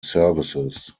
services